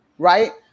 Right